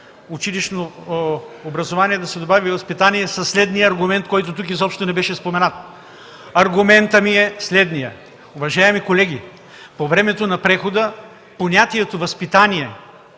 „училищно образование” да се добави и „възпитание” със следния аргумент, който тук изобщо не беше споменат. Аргументът ми е следният. Уважаеми колеги, по времето на прехода понятието „възпитание”